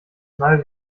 mal